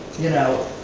you know,